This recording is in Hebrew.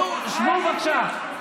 שבו, בבקשה.